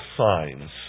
signs